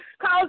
cause